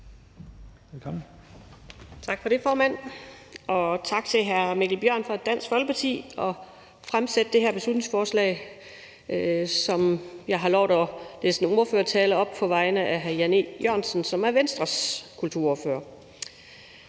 (V): Tak for det, formand. Og tak til hr. Mikkel Bjørn fra Dansk Folkeparti for at fremsætte det her beslutningsforslag. Jeg har lovet at læse en ordførertale op på vegne af hr. Jan E. Jørgensen, som er Venstres kulturordfører.